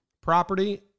property